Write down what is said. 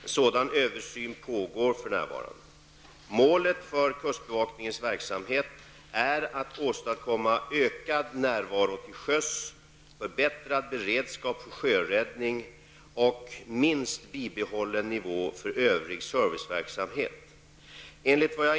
Enligt vad jag inhämtat inriktas övrsynen på att inom givna ekonomiska ramar åstadkomma en ökad närvaro till sjöss, förbättrad beredskap för sjöräddningstjänst och minst bibehållen nivå för övrig serviceverksamhet.